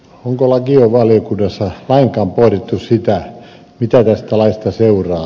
onko lakivaliokunnassa lainkaan pohdittu sitä mitä tästä laista seuraa